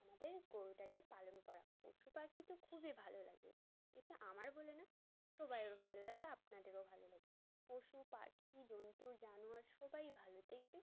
আমাদের গরুটাকে পালন করা পশু পাাখি তো খুবই ভালো লাগে এটা আমার বলে না সবাইও ভালো লাগে আপনাদেরও ভালো লাগে পশু পাখি জন্তু জানোয়ার সবাই ভালো দেখবে